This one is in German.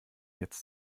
jetzt